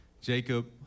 Jacob